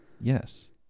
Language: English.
Yes